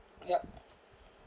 yup